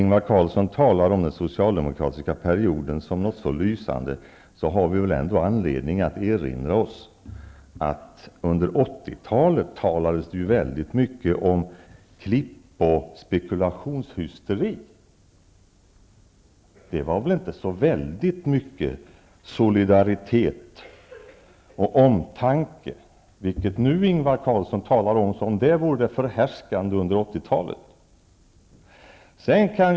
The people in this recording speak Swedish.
Ingvar Carlsson talar om den socialdemokratiska perioden som något mycket lysande. Men vi har väl ändå anledning att erinra oss att det under 80-talet talades väldigt mycket om klipp och spekulationshysteri. Det var väl inte så väldigt mycket av solidaritet och omtanke. Men nu talar Ingvar Carlsson om dessa saker som om de vore det förhärskande under 80-talet.